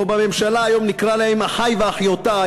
או בממשלה היום נקרא להם אחי ואחיותי,